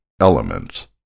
elements